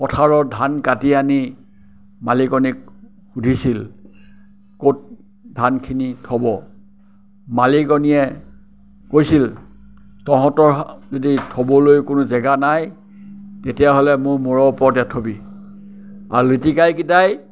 পথাৰত ধান কাটি আনি মালিকনীক সুধিছিল ক'ত ধানখিনি থ'ব মালিকনীয়ে কৈছিল তহঁতৰ যদি থ'বলৈ জাগা নাই তেতিয়াহ'লে মোৰ মূৰৰ ওপৰতে থ'বি আৰু লিটিকাইকেইটাই